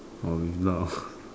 original